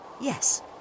Yes